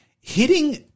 hitting